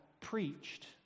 preached